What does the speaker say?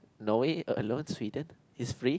Norway alone Sweden is free